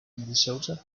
minnesota